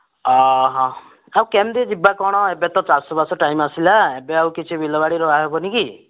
ଆଉ କେମିତି ଯିବା କ'ଣ ଏବେ ତ ଚାଷବାସ ଟାଇମ୍ ଆସିଲା ଏବେ ଆଉ କିଛି ବିଲବାଡ଼ିରୁ ଆୟ ହେବନି କି